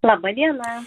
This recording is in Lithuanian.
laba diena